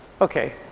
okay